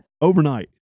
Overnight